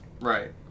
Right